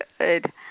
good